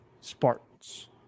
Spartans